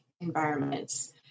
environments